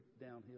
downhill